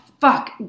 fuck